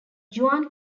juan